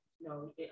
No